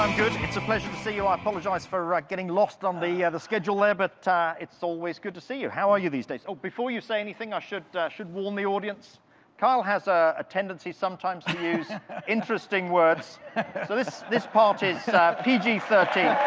good. it's a pleasure to see you. i apologize for ah getting lost on the yeah the schedule, there, but it's always good to see you. how are you these days? oh, before you say anything, i should should warn the audience kyle has ah a tendency sometimes to use interesting words. so this this part is pg thirteen.